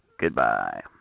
goodbye